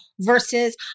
versus